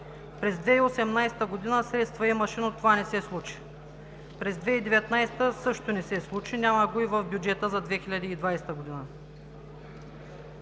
През 2018 г. средства имаше, но това не се случи. През 2019 г. също не се случи, няма го и в бюджета за 2020 г.